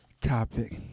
topic